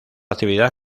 actividad